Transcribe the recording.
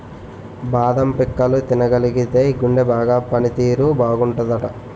బాదం పిక్కలు తినగలిగితేయ్ గుండె బాగా పని తీరు బాగుంటాదట